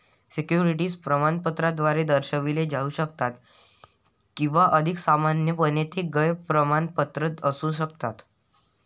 securities प्रमाणपत्राद्वारे दर्शविले जाऊ शकतात किंवा अधिक सामान्यपणे, ते गैर प्रमाणपत्र असू शकतात